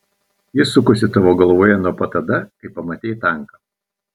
jis sukosi tavo galvoje nuo pat tada kai pamatei tanką